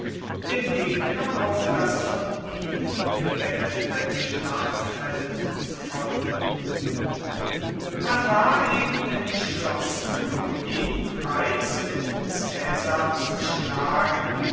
dem gegner auf das von ihm gewählte schlachtfeld zu folgen man war eben entschlossen um jeden preis mit caesar zu schlagen